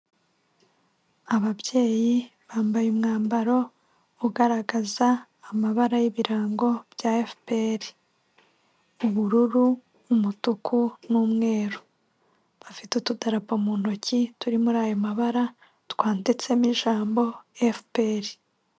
Ababyeyi bambaye umwambaro ugaragaza amabara y'ibirango bya FPR; ubururu, umutuku, n'umweru, bafite ututarapa mu ntoki turi muri ayo mabara twanditsemo ijambo FPR.